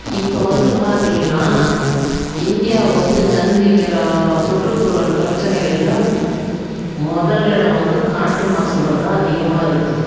இப்போ வந்து பார்த்தீங்கன்னா இந்தியா வந்து சந்திக்கிற சுற்றுச்சூழல் பிரச்சனை எல்லாம் முதல் இடம் வந்து காற்று மாசுபாடு தான் அதிகமாக இருக்குது